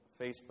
Facebook